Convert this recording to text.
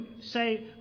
say